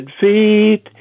feet